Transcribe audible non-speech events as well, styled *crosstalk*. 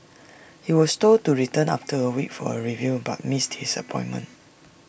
he was told to return *noise* after A week for A review but missed his appointment